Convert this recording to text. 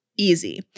easy